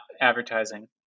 advertising